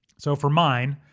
so for mine,